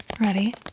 Ready